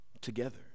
together